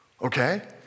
okay